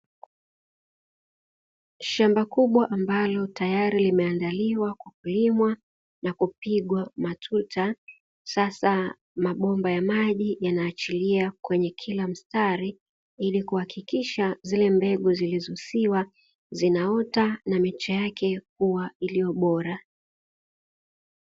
Shamba kubwa ambalo tayari limeandaliwa kulimwa na kupigwa matuta, sasa mabomba ya maji yanaachilia kwenye kila mstari, ili kuhakikisha zile mbegu zilizosiwa zinaota na miche yake kuwa bora.